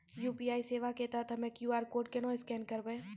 UPI सेवा के तहत हम्मय क्यू.आर कोड केना स्कैन करबै?